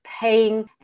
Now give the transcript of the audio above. paying